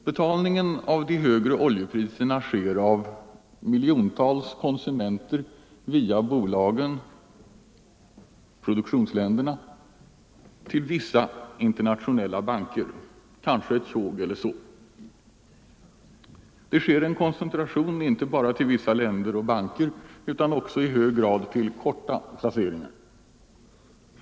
Betalningen av de högre oljepriserna sker av miljontals konsumenter via bolagen och produktionsländerna till vissa internationella banker — kanske ett tjog. Det sker en koncentration inte bara till vissa länder och banker utan också i hög grad till korta placeringar.